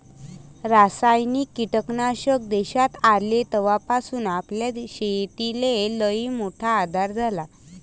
रासायनिक कीटकनाशक देशात आले तवापासून आपल्या शेतीले लईमोठा आधार झाला